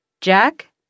Jack